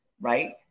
right